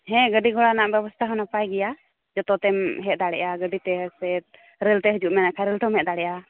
ᱦᱮᱸ ᱜᱟᱹᱰᱤ ᱜᱷᱚᱲᱟ ᱨᱮᱱᱟᱜ ᱵᱮᱵᱚᱥᱛᱷᱟ ᱦᱚᱸ ᱱᱟᱯᱟᱭ ᱜᱮᱭᱟ ᱡᱚᱛᱚ ᱛᱮᱢ ᱦᱮᱡ ᱫᱟᱲᱮᱜᱼᱟ ᱜᱟᱹᱰᱤ ᱛᱮ ᱥᱮ ᱨᱮᱹᱞ ᱛᱮ ᱦᱤᱡᱩᱜ ᱮᱢ ᱢᱮᱱᱮᱫ ᱠᱷᱟᱡ ᱨᱮᱹᱞ ᱛᱮᱢ ᱦᱮᱡ ᱫᱟᱲᱮᱭᱟᱜᱼᱟ